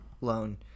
loan